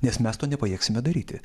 nes mes to nepajėgsime daryti